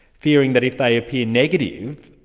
fearing that if they appear negative,